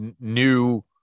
new